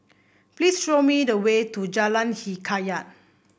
please show me the way to Jalan Hikayat